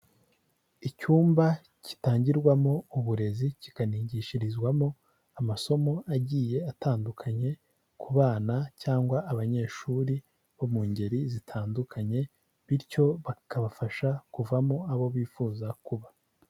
Icyumba gitangirwamo uburezi kikanigishirizwamo amasomo agiye atandukanye ku bana cyangwa abanyeshuri bo mu ngeri zitandukanye bityo bakabafasha kuvamo abo bifuza kuba.